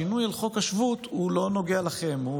השינוי בחוק השבות לא נוגע לכם,